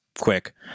quick